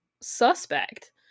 suspect